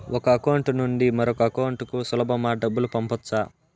ఒక అకౌంట్ నుండి మరొక అకౌంట్ కు సులభమా డబ్బులు పంపొచ్చా